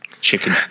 Chicken